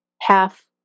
half